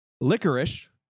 Licorice